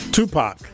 Tupac